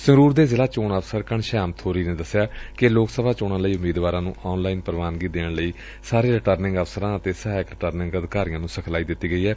ਸੰਗਰੂਰ ਦੇ ਜ਼ਿਲ੍ਹਾ ਚੋਣ ਅਫ਼ਸਰ ਘਣਸ਼ਿਆਮ ਬੋਰੀ ਨੇ ਦਸਿਆ ਕਿ ਲੋਕ ਸਭਾ ਚੋਣਾਂ ਲਈ ਉਮੀਦਵਾਰਾਂ ਨੂੰ ਆਨ ਲਾਈਨ ਪ੍ਰਵਾਨਗੀ ਦੇਣ ਲਈ ਸਾਰੇ ਰਿਟਰਨਿੰਗ ਅਫਸਰਾਂ ਅਤੇ ਸਹਾਇਕ ਰਿਟਰਨਿੰਗ ਅਧਿਕਾਰੀਆਂ ਨੂੰ ਸਿਖਲਾਈ ਦਿੱਤੀ ਗਈ ਏ